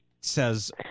says